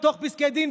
בפסקי דין,